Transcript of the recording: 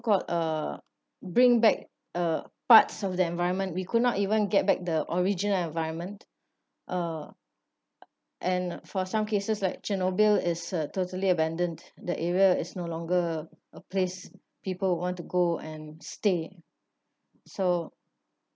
got uh bring back uh parts of the environment we could not even get back the original environment uh and for some cases like chernobyl is a totally abandoned the area is no longer a place people would want to go and stay so